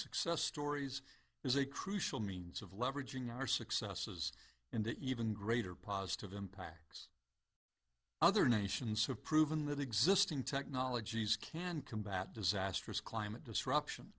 success stories is a crucial means of leveraging our successes and even greater positive impacts other nations have proven that existing technologies can combat disastrous climate disruption